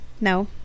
no